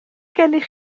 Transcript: gennych